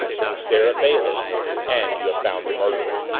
with a stare at bailey and you have found the murderer.